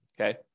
Okay